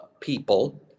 people